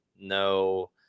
no